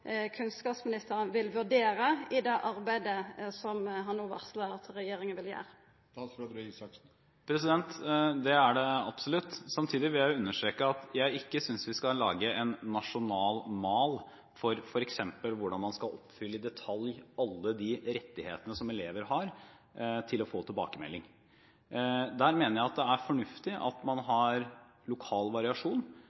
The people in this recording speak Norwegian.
at regjeringa vil gjera? Det er det absolutt. Samtidig vil jeg understreke at jeg ikke synes vi skal lage en nasjonal mal for f.eks. hvordan man skal oppfylle i detalj alle de rettighetene som elever har til å få tilbakemelding. Der mener jeg det er fornuftig at man